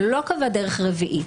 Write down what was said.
אבל הוא לא קבע דרך רביעית,